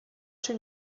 czy